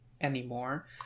anymore